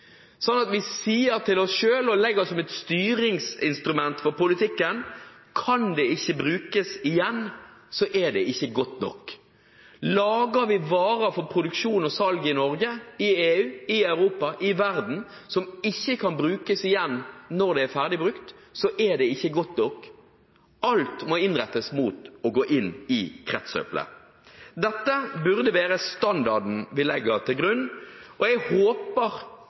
sånn at vi sier til oss selv, og legger som et styringsinstrument for politikken, at kan det ikke brukes igjen, er det ikke godt nok. Lager vi varer for produksjon og salg i Norge, i EU, i Europa, i verden som ikke kan brukes igjen når det er ferdig brukt, er det ikke godt nok. Alt må innrettes mot å gå inn i kretsløpet. Dette burde være standarden vi legger til grunn, og jeg håper